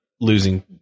losing